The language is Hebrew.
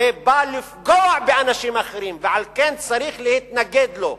זה בא לפגוע באנשים אחרים, ועל כן צריך להתנגד לו,